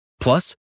Plus